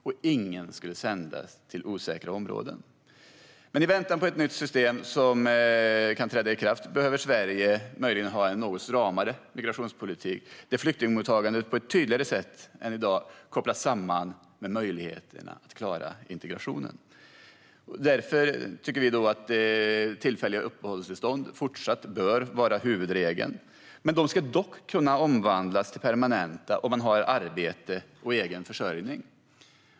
Och ingen skulle sändas till osäkra områden. I väntan på att ett nytt system kan träda i kraft behöver Sverige möjligen ha en något stramare migrationspolitik, där flyktingmottagandet på ett tydligare sätt än i dag kopplas samman med möjligheterna att klara integrationen. Därför tycker vi att tillfälliga uppehållstillstånd fortsatt bör vara huvudregel. Men de ska kunna omvandlas till permanenta om man har arbete och egen försörjning.